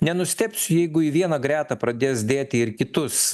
nenustebsiu jeigu į vieną gretą pradės dėti ir kitus